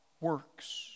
works